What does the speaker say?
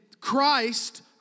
Christ